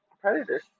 predators